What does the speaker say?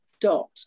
Dot